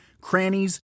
crannies